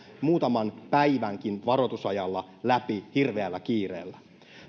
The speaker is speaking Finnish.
läpi muutaman päivänkin varoitusajalla hirveällä kiireellä